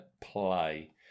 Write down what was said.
play